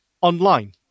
online